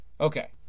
Okay